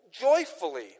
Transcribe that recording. joyfully